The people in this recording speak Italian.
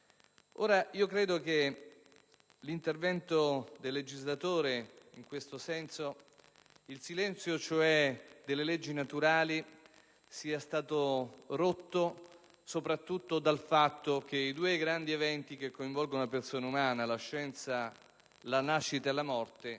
sani. Credo che l'intervento del legislatore in questo ambito, rompendo il silenzio delle leggi naturali, sia dovuto soprattutto al fatto che due grandi eventi che coinvolgono la persona umana e la scienza (la nascita e la morte)